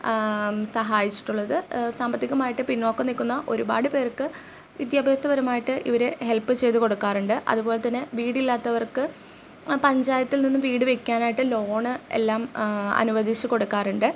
സഹായിച്ചിട്ടുള്ളത് സാമ്പത്തികമായിട്ട് പിന്നോക്കം നിൽക്കുന്ന ഒരുപാട് പേർക്ക് വിദ്യാഭ്യാസപരമായിട്ട് ഇവർ ഹെല്പ് ചെയ്ത് കൊടുക്കാറുണ്ട് അതുപോലെ തന്നെ വീടില്ലാത്തവർക്ക് പഞ്ചായത്തിൽ നിന്നും വീട് വയക്കാനായിട്ട് ലോണ് എല്ലാം അനുവദിച്ചു കൊടുക്കാറുണ്ട്